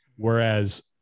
Whereas